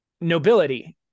nobility